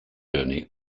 journey